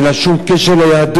אין לה שום קשר ליהדות.